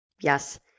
Yes